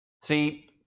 See